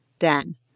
Dan